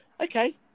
okay